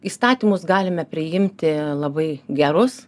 įstatymus galime priimti labai gerus